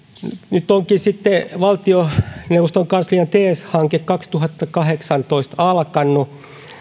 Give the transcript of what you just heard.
nyt onkin sitten valtioneuvoston kanslian teas hanke kaksituhattakahdeksantoista alkanut